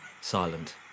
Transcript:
silent